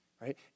Right